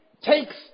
takes